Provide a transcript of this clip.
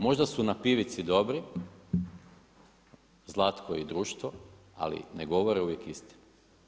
Možda su na pivici dobri Zlatko i društvo, ali ne govore uvijek istinu.